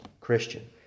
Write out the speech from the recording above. christian